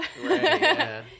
Right